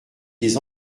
des